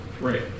Right